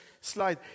slide